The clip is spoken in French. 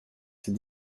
c’est